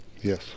Yes